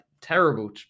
terrible